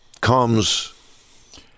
comes